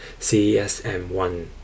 CSM1